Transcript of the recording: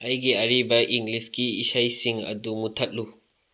ꯑꯩꯒꯤ ꯑꯔꯤꯕ ꯏꯪꯂꯤꯁꯀꯤ ꯏꯁꯩꯁꯤꯡ ꯑꯗꯨ ꯃꯨꯊꯠꯂꯨ